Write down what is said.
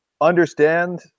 understand